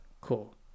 Cool